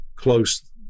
close